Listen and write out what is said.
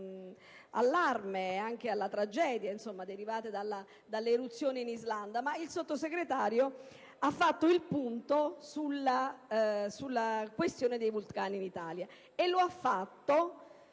all'allarme, e anche alla tragedia, derivante dalle eruzioni in Islanda, ma il Sottosegretario ha fatto il punto sulla questione dei vulcani in Italia e lo ha fatto,